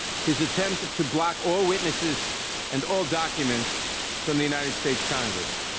his attempt to block all witnesses and all documents from the united states congress.